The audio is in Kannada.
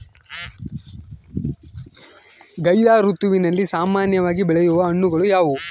ಝೈಧ್ ಋತುವಿನಲ್ಲಿ ಸಾಮಾನ್ಯವಾಗಿ ಬೆಳೆಯುವ ಹಣ್ಣುಗಳು ಯಾವುವು?